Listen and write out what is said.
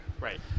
Right